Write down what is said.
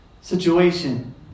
situation